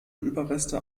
überreste